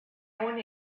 own